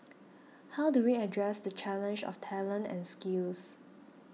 how do we address the challenge of talent and skills